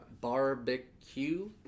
barbecue